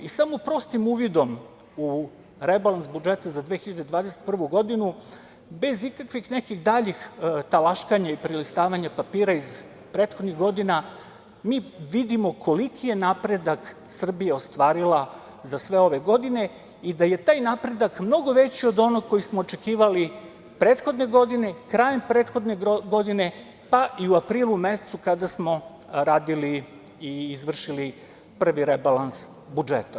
I samo prostim uvidom u rebalans budžeta za 2021. godinu, bez ikakvih nekih daljih talaškanja i prelistavanja papira iz prethodnih godina, mi vidimo koliki je napredak Srbija ostvarila za sve ove godine i da je taj napredak mnogo veći od onog koji smo očekivali prethodne godine, krajem prethodne godine, pa i u aprilu mesecu kada smo radili i izvršili prvi rebalans budžeta.